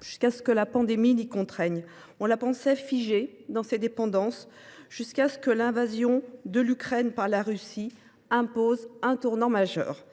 ce qu’une pandémie l’y contraigne. On la pensait figée dans ses dépendances, jusqu’à ce que l’invasion de l’Ukraine par la Russie impose un tournant majeur.